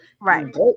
Right